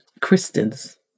Christians